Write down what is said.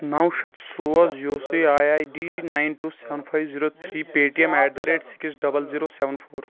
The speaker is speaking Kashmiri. نو شتھ سوز U C I I D nine two seven five zero three P T M at the rate six double zero seven four